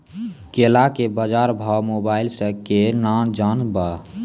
केला के बाजार भाव मोबाइल से के ना जान ब?